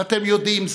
ואתם יודעים זאת.